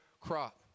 crop